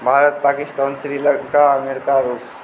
Bharat Pakistan Sri Lanka America रुस